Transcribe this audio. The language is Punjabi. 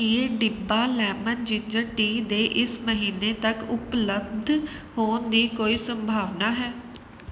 ਕੀ ਡਿੱਬਾ ਲੈਮਨ ਜਿੰਜਰ ਟੀ ਦੇ ਇਸ ਮਹੀਨੇ ਤੱਕ ਉਪਲੱਬਧ ਹੋਣ ਦੀ ਕੋਈ ਸੰਭਾਵਨਾ ਹੈ